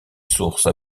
source